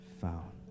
found